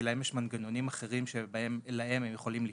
כי להם יש מנגנונים אחרים שלהם יכולים לפנות,